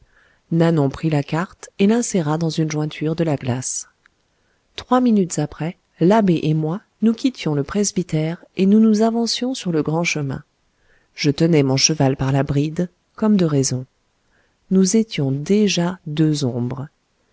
nanon prit la carte et l'inséra dans une jointure de la glace trois minutes après l'abbé et moi nous quittions le presbytère et nous nous avancions sur le grand chemin je tenais mon cheval par la bride comme de raison nous étions déjà deux ombres